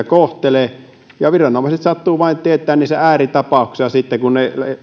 kohtelevat ja viranomaiset sattuvat sitten tietämään vain niistä ääritapauksista kun ne eläimet ovatkin todella huonolla kohtelulla